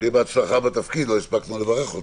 שיהיה בהצלחה בתפקיד, עוד לא הספקנו לברך על